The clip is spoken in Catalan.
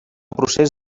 procés